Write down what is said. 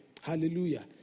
Hallelujah